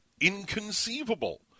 inconceivable